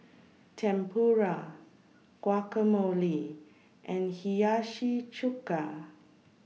Tempura Guacamole and Hiyashi Chuka